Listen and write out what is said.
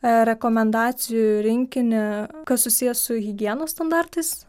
rekomendacijų rinkinį kas susiję su higienos standartais